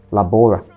Labora